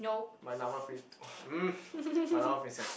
my NAFA prince !wah! um my NAFA princess